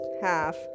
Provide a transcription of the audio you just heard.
half